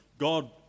God